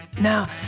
Now